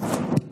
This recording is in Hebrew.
שלוש דקות.